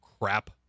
crap